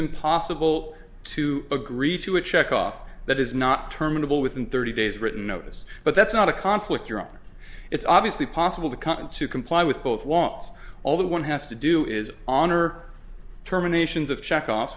impossible to agree to a check off that is not terminable within thirty days written notice but that's not a conflict europe it's obviously possible to come to comply with both wants all the one has to do is honor terminations of check off